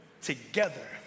together